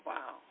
Wow